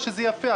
שזה יפה,